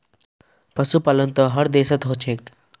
पशुपालन त हर देशत ह छेक